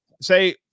Say